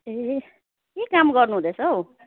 ए के काम गर्नु हुँदैछ हौ